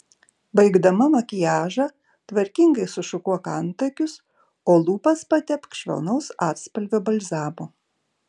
baigdama makiažą tvarkingai sušukuok antakius o lūpas patepk švelnaus atspalvio balzamu